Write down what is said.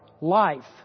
life